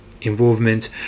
Involvement